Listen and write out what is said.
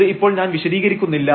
ഇത് ഇപ്പോൾ ഞാൻ വിശദീകരിക്കുന്നില്ല